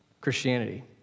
Christianity